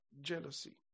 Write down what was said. jealousy